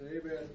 amen